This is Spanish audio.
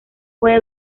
puede